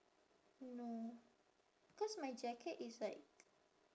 no cause my jacket is like